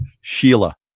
Sheila